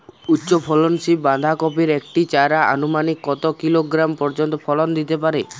উচ্চ ফলনশীল বাঁধাকপির একটি চারা আনুমানিক কত কিলোগ্রাম পর্যন্ত ফলন দিতে পারে?